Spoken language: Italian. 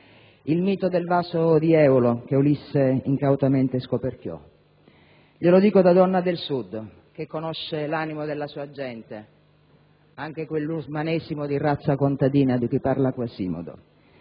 Il mito del vaso di Eolo, che Ulisse incautamente scoperchiò. Glielo dico da donna del Sud, che conosce l'animo della sua gente, anche quell'umanesimo di razza contadina di cui parla Quasimodo